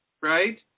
right